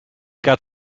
got